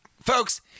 Folks